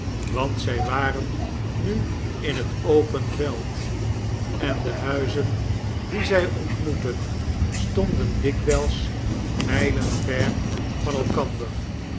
want zij waren nu in het open veld en de huizen die zij ontmoetten stonden dikwijls mijlen ver van elkander